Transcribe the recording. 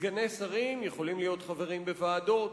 סגני שרים יכולים להיות חברים בוועדות,